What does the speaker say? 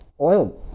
oil